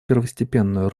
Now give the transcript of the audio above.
первостепенную